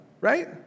right